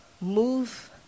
move